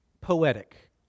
poetic